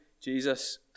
Jesus